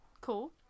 Cool